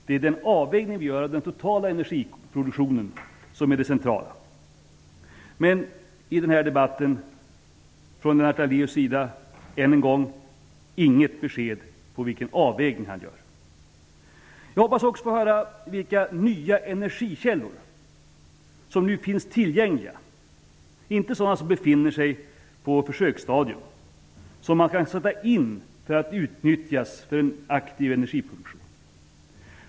Det är den avvägning vi gör av den totala energiproduktionen som är det centrala. Men i den här debatten från Lennart Daléus sida, än en gång, inget besked om vilken avvägning han gör. Jag hoppas också få höra vilka nya energikällor som nu finns tillgängliga, inte sådana som befinner sig på försöksstadium utan sådana som kan sättas in för att utnyttjas för en effektiv energiproduktion.